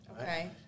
Okay